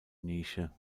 nische